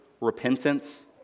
repentance